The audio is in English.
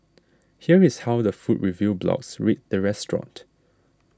here is how the food review blogs rate the restaurant